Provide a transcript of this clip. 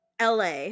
LA